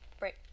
Right